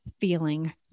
feeling